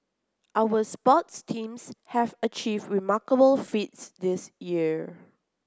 our sports teams have achieved remarkable feats this year